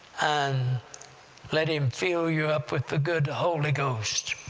and let him fill you up with the good holy ghost.